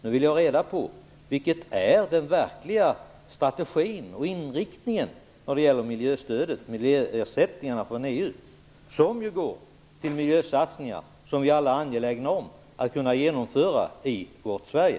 Nu vill jag ha reda på vilken som är den verkliga strategin och inriktningen när det gäller miljöstödet och miljöersättningarna från EU, som ju går till miljösatsningar som vi alla är angelägna om att kunna genomföra i Sverige.